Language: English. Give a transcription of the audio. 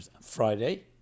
Friday